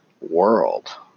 world